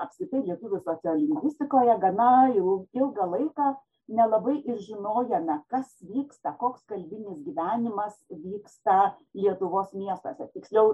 apskritai lietuvių sociolingvistikoje gana jau ilgą laiką nelabai ir žinojome kas vyksta koks kalbinis gyvenimas vyksta lietuvos miestuose tiksliau